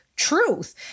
truth